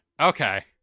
Okay